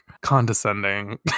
condescending